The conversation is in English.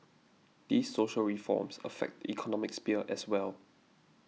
these social reforms affect the economic sphere as well